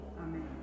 Amen